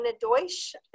Deutsch